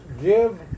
give